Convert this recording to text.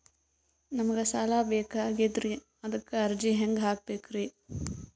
ನಮಗ ಸಾಲ ಬೇಕಾಗ್ಯದ್ರಿ ಅದಕ್ಕ ಅರ್ಜಿ ಹೆಂಗ ಹಾಕಬೇಕ್ರಿ?